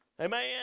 amen